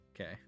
Okay